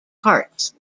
parts